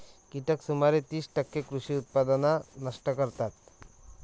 कीटक सुमारे तीस टक्के कृषी उत्पादन नष्ट करतात